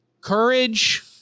courage